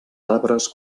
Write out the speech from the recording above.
arbres